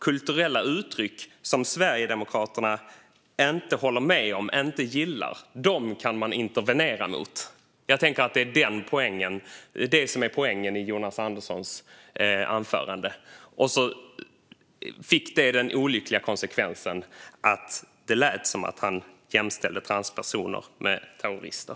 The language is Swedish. Kulturella uttryck som Sverigedemokraterna inte håller med om och inte gillar kan man alltså intervenera mot. Jag tänker att det är detta som är poängen i Jonas Anderssons anförande. Och så fick det den olyckliga konsekvensen att det lät som att han jämställde transpersoner med terrorister.